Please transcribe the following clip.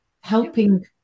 helping